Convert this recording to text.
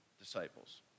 disciples